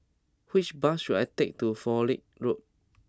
which bus should I take to Fowlie Road